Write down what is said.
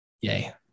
Yay